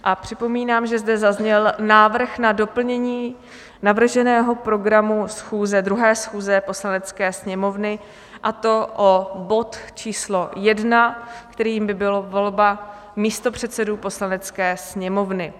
A připomínám, že zde zazněl návrh na doplnění navrženého programu 2. schůze Poslanecké sněmovny, a to bod číslo 1, kterým by byla volba místopředsedů Poslanecké sněmovny.